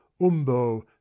umbo